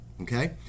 okay